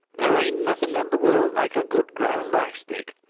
there ain't nothing in the world like a good ground-ash stick.